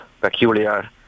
peculiar